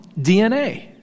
DNA